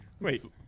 Wait